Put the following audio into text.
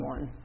One